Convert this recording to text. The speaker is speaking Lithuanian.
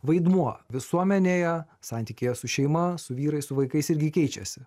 vaidmuo visuomenėje santykyje su šeima su vyrais su vaikais irgi keičiasi